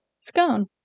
scone